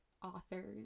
authors